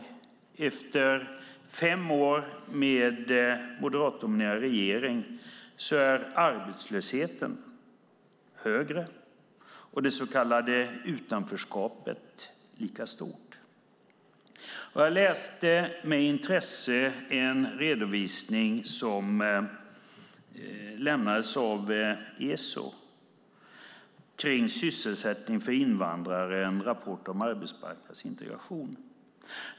Efter fem år med en moderatdominerad regering konstaterar jag att arbetslösheten i dag är högre och att det så kallade utanförskapet fortfarande är lika stort. Med intresse har jag läst en redovisning som avlämnats av ESO och som rör sysselsättning för invandrare - en rapport om arbetsmarknadsintegration.